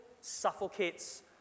suffocates